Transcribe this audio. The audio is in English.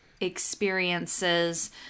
experiences